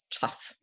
tough